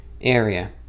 area